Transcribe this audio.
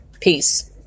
Peace